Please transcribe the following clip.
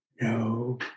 No